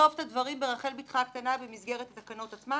לכתוב את הדברים ברחל בתך הקטנה במסגרת התקנות עצמן,